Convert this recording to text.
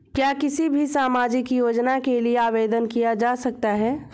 क्या किसी भी सामाजिक योजना के लिए आवेदन किया जा सकता है?